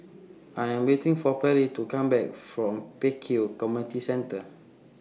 I Am waiting For Pallie to Come Back from Pek Kio Community Centre